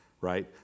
right